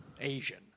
Asian